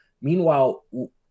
Meanwhile